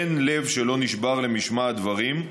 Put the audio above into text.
אין לב שלא נשבר למשמע הדברים.